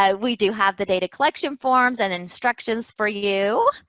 ah we do have the data collection forms and instructions for you.